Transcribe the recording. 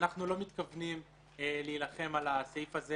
אנחנו לא מתכוונים להילחם על הסעיף הזה